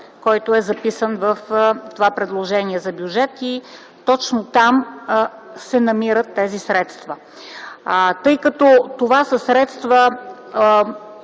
който е записан в това предложение за бюджет. И точно там се намират тези средства. Тъй като това са средства